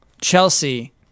Chelsea